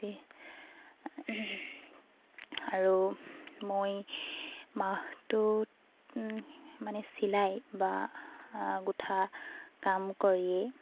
আৰু মই মাহটোত মানে চিলাই বা গোঁঠা কাম কৰিয়েই